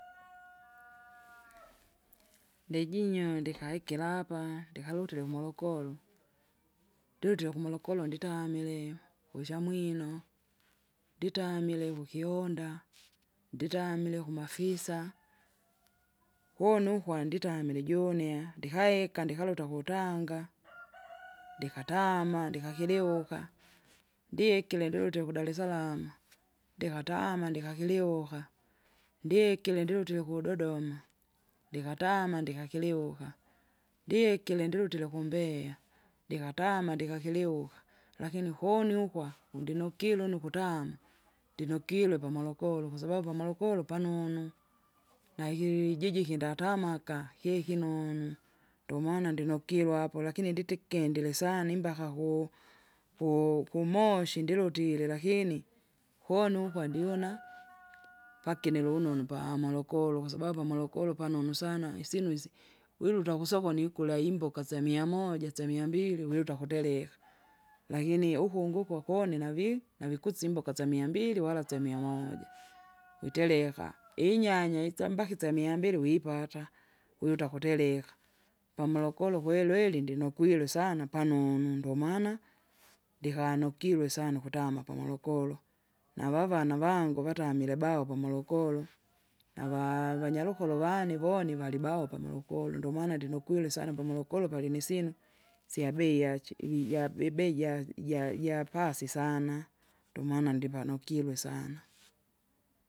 ndijinyonde kahikira apa ndikarutile kumorogoro, ndirutire uku Morogoro nditamileo ku Chamwino, nditamile ku Kihonda, nditamile ku Mafisa, kunu ukwanditamile june aaha! ndikahela ndikaruta ku Tanga, ndikataa ndikakiriuka, ndyekire ndirute ndirute ku Daresalama, ndikatama ndikakiriuka, ndyekire ndirutire ku Dodoma, ndikatama ndikakiriuka, ndyekire ndirutire ku Mbeya ndikatama ndikakoriuka. Lakini koni ukwa kundinukire une ukutama, ndinukirwe pa Morogoro kwasababu pa Morogoro panonu, nakili lijiji kindatamaka kyekinunu. Ndomana ndinokirwa apo lakini nditikindile sana imbaka ku- ku- kumoshi ndilutile lakini, koni ukwa ndiona, pakine lunonu pa Morogoro kwasababu pa Morogoro panunu sana isyinu isi wiruta kusokoni kula imboka syamia moja, syamia mbili wiruta kutereka Lakini ukungu kwakone navi! navikusi imboka syamia mbili wala syamia moja. Utereka, inyanya isya mbaka isyamia mbili wipata, wiruta kutereka, pamrogoro kwelweri ndinokwirwe sana panonu ndomana, ndikanukirwe sana ukutama pa Morogoro. Navavana vangu vatamile bao pa Morogoro, nava- vanyarukolo vani voni valibaho pa Morogoro ndomana ndinukwire sana pa Morogoro palinisyinu syabei yachi- vija vibei ja- ja- japasi sana, ndomana ndiva nukirwe sana.